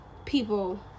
People